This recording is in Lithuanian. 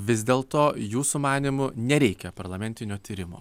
vis dėl to jūsų manymu nereikia parlamentinio tyrimo